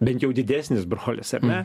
bent jau didesnis brolis ar ne